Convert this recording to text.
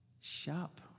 shop